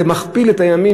זה מכפיל את הימים,